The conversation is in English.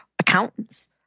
accountants